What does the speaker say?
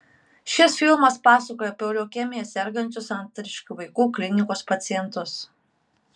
šis filmas pasakoja apie leukemija sergančius santariškių vaikų klinikos pacientus